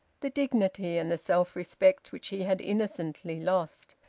the dignity and the self-respect which he had innocently lost,